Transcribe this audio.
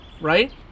right